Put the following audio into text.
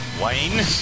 Wayne